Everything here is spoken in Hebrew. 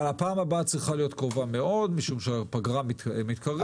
אבל הפעם הבאה צריכה להיות קרובה מאוד משום שהפגרה מתקרבת.